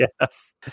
Yes